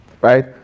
right